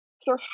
sir